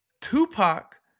Tupac